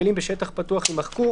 המילים "בשטח פתוח" יימחקו,